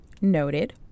noted